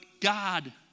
God